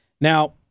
Now